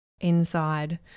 inside